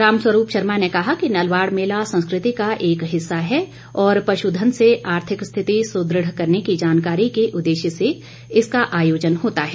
रामस्वरूप शर्मा ने कहा कि नलवाड़ मेला संस्कृति का एक हिस्सा है और पशुधन से आर्थिक स्थिति सुदृढ़ करने की जानकारी के उददेश्य से इसका आर्योजन होता है